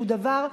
שהוא דבר,